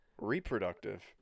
Reproductive